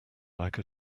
like